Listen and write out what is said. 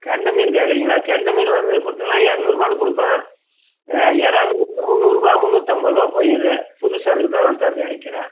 கெண்டை மீன் கேக்கிறீங்களா கெண்டை மீன் வந்து கொடுத்தீங்கன்னா இரநூறுபா கொடுப்பேன் எறா மீன் வந்து முன்னூரூபா முந்நூற்று ஐம்பது ரூபா போயிருக்குது புது சரக்கு தான் வந்து எறக்கிருக்கிறேன்